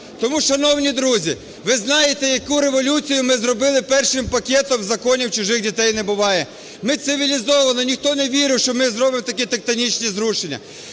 Тому, шановні друзі, ви знаєте, яку революцію ми зробили першим пакетом законів "Чужих дітей не буває". Ми цивілізовано, ніхто не вірив, що ми зробимо такі тектонічні зрушення.